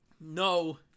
No